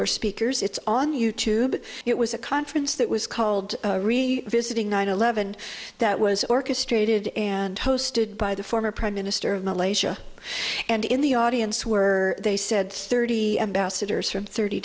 were speakers it's on you tube it was a conference that was called re visiting nine eleven that was orchestrated and hosted by the former prime minister of malaysia and in the audience were they said thirty ambassadors from thirty